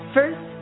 First